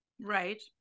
right